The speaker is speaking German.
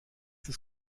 des